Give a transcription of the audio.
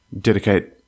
dedicate